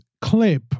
clip